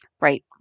Right